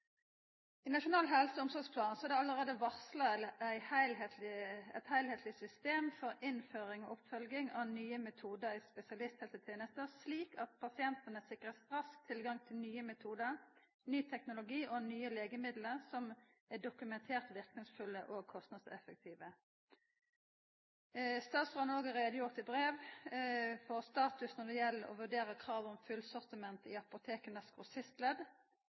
I Nasjonal helse- og omsorgsplan er det allereie varsla eit heilskapleg system for innføring og oppfølging av nye metodar i spesialisthelsetenesta, slik at pasientane blir sikra rask tilgang til nye metodar, ny teknologi og nye legemiddel som er dokumentert verknadsfulle og kostnadseffektive. Statsråden har i brev også gjort greie for statusen når det gjeld å vurdera kravet om fullsortiment i